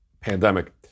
pandemic